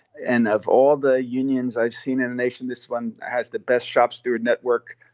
and of all the unions i've seen in the nation, this one has the best shop steward network,